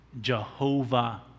Jehovah